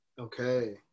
Okay